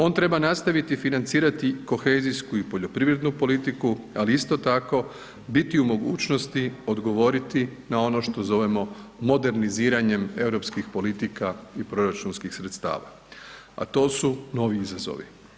On treba nastaviti financirati kohezijsku i poljoprivrednu politiku, ali isto tako, biti u mogućnosti odgovoriti na ono što zovemo moderniziranjem europskih politika i proračunskih sredstava, a to su novi izazovi.